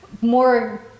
more